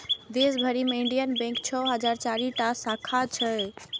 देश भरि मे इंडियन बैंक के छह हजार चारि टा शाखा छै